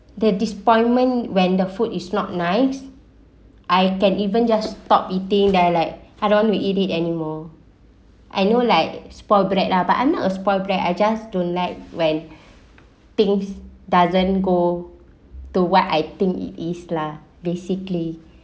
the disappointment when the food is not nice I can even just stop eating I don't want to eat it anymore I know like spoilt brat lah but I'm not a spoilt brat I just don't like when things doesn't go to what I think is lah basically